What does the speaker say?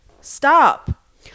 stop